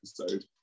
episode